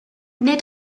nid